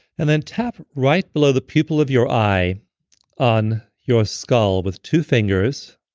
and then tap right below the pupil of your eye on your skull with two fingers.